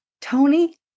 Tony